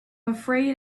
afraid